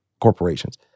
corporations